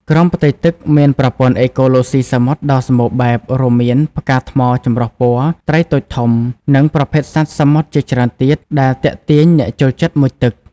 ក្រោមផ្ទៃទឹក មានប្រព័ន្ធអេកូឡូស៊ីសមុទ្រដ៏សម្បូរបែប រួមមាន ផ្កាថ្មចម្រុះពណ៌ ត្រីតូចធំ និងប្រភេទសត្វសមុទ្រជាច្រើនទៀត ដែលទាក់ទាញអ្នកចូលចិត្តមុជទឹក។